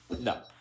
No